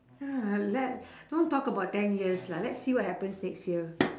ya let don't talk about ten years lah let's see what happens next year